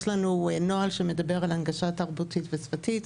יש לנו נוהל שמדבר על הנגשה תרבותית ושפתית.